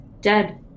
Dead